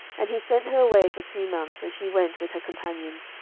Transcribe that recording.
and he sent her away for two months and she went with her companions,